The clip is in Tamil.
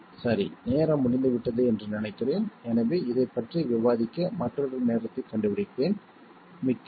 சரி நேரம் முடிந்துவிட்டது என்று நினைக்கிறேன் எனவே இதைப் பற்றி விவாதிக்க மற்றொரு நேரத்தைக் கண்டுபிடிப்பேன் மிக்க நன்றி